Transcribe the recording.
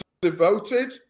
devoted